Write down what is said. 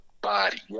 body